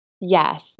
Yes